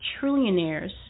trillionaires